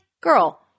girl